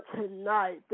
tonight